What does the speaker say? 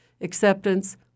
Acceptance